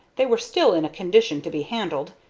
they were still in a condition to be handled,